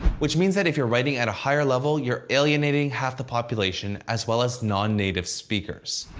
which means that if you're writing at a higher level, you're alienating half the population as well as non-native speakers.